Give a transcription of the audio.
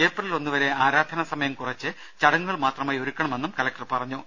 April ഒന്നു വരെ ആരാധനാ സമയം കുറച്ച് ചടങ്ങുകൾ മാത്രമായി ഒതുക്കണമെന്നും അദ്ദേഹം പറഞ്ഞു